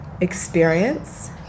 experience